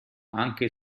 anche